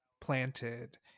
planted